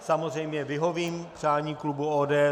Samozřejmě ale vyhovím přání klubu ODS.